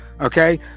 okay